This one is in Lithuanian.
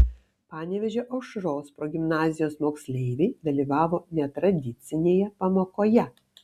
panevėžio aušros progimnazijos moksleiviai dalyvavo netradicinėje pamokoje